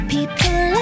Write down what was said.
People